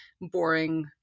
boring